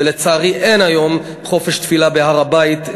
ולצערי אין היום חופש תפילה בהר-הבית,